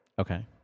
Okay